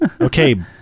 Okay